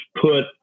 put